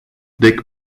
dick